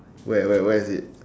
where where where is it